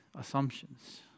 assumptions